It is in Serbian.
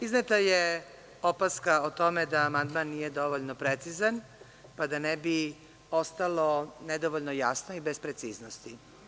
Izneta je opaska o tome da amandman nije dovoljno precizan, pa da ne bi ostalo nedovoljno jasno i bez preciznosti.